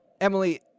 emily